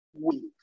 weeks